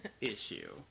issue